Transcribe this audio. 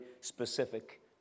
specific